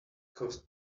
caused